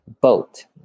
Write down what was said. boat